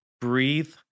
breathe